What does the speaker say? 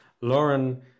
lauren